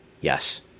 yes